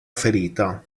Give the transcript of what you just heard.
ferita